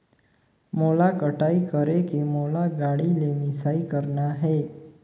मोला कटाई करेके मोला गाड़ी ले मिसाई करना हे?